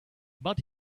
but